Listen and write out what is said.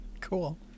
Cool